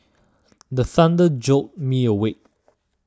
the thunder jolt me awake